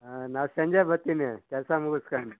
ಹಾಂ ನಾನು ಸಂಜೆ ಬರ್ತೀನಿ ಕೆಲಸ ಮುಗಿಸ್ಕಂಡ್